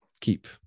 keep